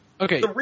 Okay